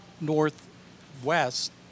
northwest